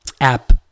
app